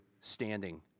standing